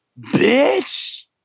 bitch